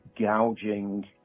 gouging